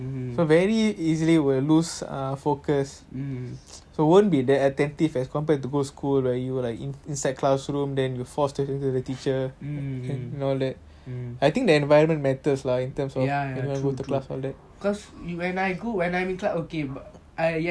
so very easily will lose focus so won't be that attentive as compared to go school right when you were like inside classroom then you are forced to listen to the teacher and all that I think the environment matters lah in terms of the class all that